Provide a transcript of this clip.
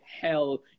hell